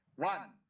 one